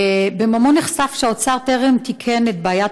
ב"ממון" נחשף שהאוצר טרם תיקן את בעיית